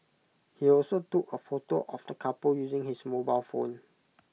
he also took A photo of the couple using his mobile phone